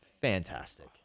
fantastic